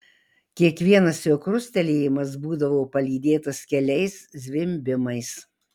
kiekvienas jo krustelėjimas būdavo palydėtas keliais zvimbimais